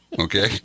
okay